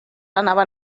anava